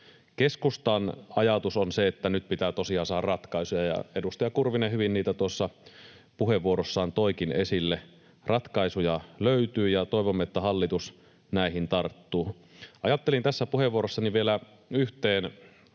Keskustan ajatus on se, että nyt pitää tosiaan saada ratkaisuja, ja edustaja Kurvinen hyvin niitä tuossa puheenvuorossaan toikin esille. Ratkaisuja löytyy, ja toivomme, että hallitus näihin tarttuu. Ajattelin tässä puheenvuorossani vielä yhteen